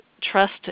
trust